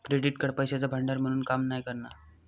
credit card पैशाचा भांडार म्हणून काम नाय करणा